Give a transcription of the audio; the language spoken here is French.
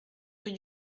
rue